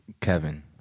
kevin